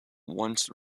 once